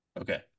Okay